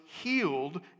healed